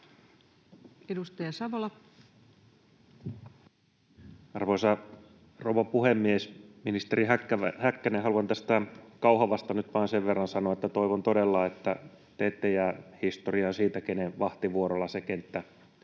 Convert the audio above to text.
Edustaja Savola. Arvoisa rouva puhemies! Ministeri Häkkänen, haluan tästä Kauhavasta nyt vain sen verran sanoa, että toivon todella, että te ette jää historiaan siitä, kenen vahtivuorolla se kenttä